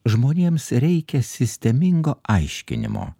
žmonėms reikia sistemingo aiškinimo